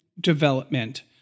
development